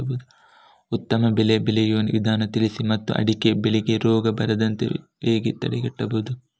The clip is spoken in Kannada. ಉತ್ತಮ ಬೆಳೆ ಬೆಳೆಯುವ ವಿಧಾನ ತಿಳಿಸಿ ಮತ್ತು ಅಡಿಕೆ ಬೆಳೆಗೆ ರೋಗ ಬರದಂತೆ ಹೇಗೆ ತಡೆಗಟ್ಟಬಹುದು?